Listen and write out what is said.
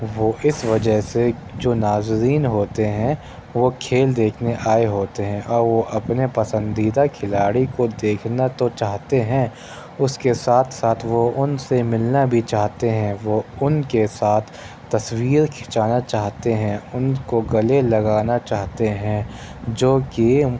وہ اِس وجہ سے جو ناظرین ہوتے ہیں وہ کھیل دیکھنے آئے ہوتے ہیں اور وہ اپنے پسندیدہ کھلاڑی کو دیکھنا تو چاہتے ہیں اُس کے ساتھ ساتھ وہ اُن سے ملنا بھی چاہتے ہیں وہ اُن کے ساتھ تصویر کھینچانا چاہتے ہیں اُن کو گلے لگانا چاہتے ہیں جو کہ